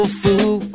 fool